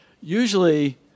Usually